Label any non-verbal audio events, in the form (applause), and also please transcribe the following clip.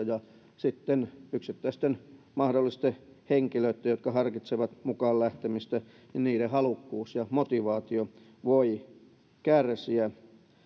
(unintelligible) ja sitten mahdollisten yksittäisten henkilöitten jotka harkitsevat mukaan lähtemistä halukkuus ja motivaatio voi kärsiä